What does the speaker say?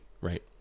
right